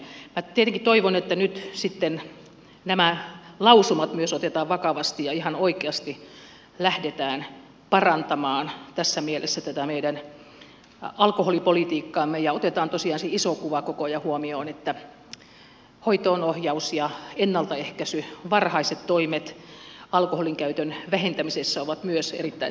minä tietenkin toivon että nyt sitten nämä lausumat myös otetaan vakavasti ja ihan oikeasti lähdetään parantamaan tässä mielessä tätä meidän alkoholipolitiikkaamme ja otetaan tosiaan se iso kuva koko ajan huomioon että hoitoonohjaus ja ennaltaehkäisy varhaiset toimet alkoholin käytön vähentämisessä ovat myös erittäin tärkeitä